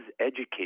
educate